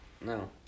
No